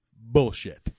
Bullshit